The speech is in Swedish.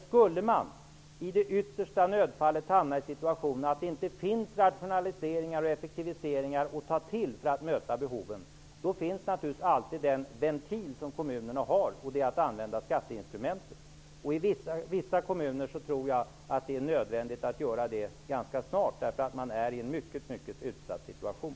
Skulle man i det yttersta nödfallet hamna i den situationen att det inte finns rationaliseringar och effektiviseringar att ta till för att möta behoven, då finns naturligtvis alltid den ventil som kommunerna har, nämligen att använda skatteinstrumentet. I vissa kommuner tror jag att det är nödvändigt att göra det ganska snart, eftersom man befinner sig i en mycket mycket utsatt situation.